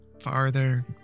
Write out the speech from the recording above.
farther